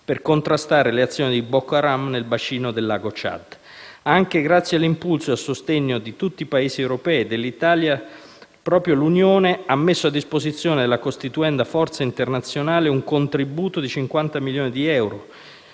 per contrastare le azioni di Boko Haram nel bacino del lago Ciad. Anche grazie all'impulso e al sostegno di tutti i Paesi europei e dell'Italia, proprio l'Unione europea ha messo a disposizione della costituenda forza internazionale un contributo di 50 milioni di euro